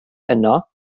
yno